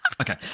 Okay